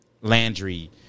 Landry